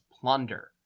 plunder